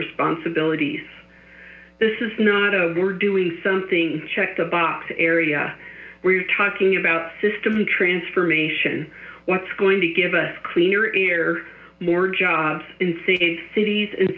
responsibilities this is not a we're doing something check the box area where you're talking about system transformation what's going to give us cleaner air more jobs in seeing cities